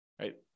right